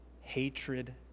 hatred